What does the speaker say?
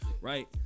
right